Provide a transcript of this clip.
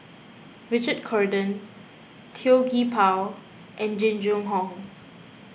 Richard Corridon Tan Gee Paw and Jing Jun Hong